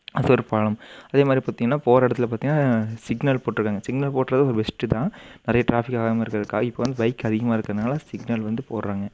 அது ஒரு பலன் அதே மாதிரி பார்த்தீங்கன்னா போகிற இடத்துல பார்த்தீங்கன்னா சிக்னல் போட்டிருக்காங்க சிக்னல் போடுறது ஒரு பெஸ்ட்டு தான் நிறைய ட்ராஃபிக் ஆகாமல் இருக்கிறதுக்காக இப்போ வந்து பைக் அதிகமாக இருக்கிறதுனால சிக்னல் வந்து போடுறாங்க